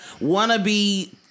wannabe